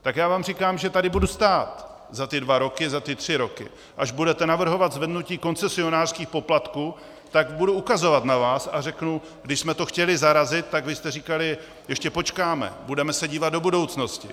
Tak já vám říkám, že tady budu stát za ty dva roky, za ty tři roky, až budete navrhovat zvednutí koncesionářských poplatků, tak budu na vás ukazovat a řeknu: když jsme to chtěli zarazit, tak vy jste říkali, ještě počkáme, budeme se dívat do budoucnosti.